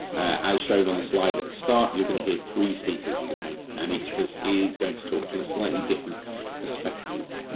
as shown on the slide at the start, you are going to hear three speakers today and each of us is going to talk from a slightly different perspective.